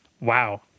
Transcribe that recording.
Wow